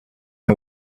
and